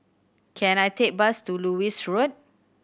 can I take a bus to Lewis Road